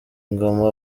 ngoma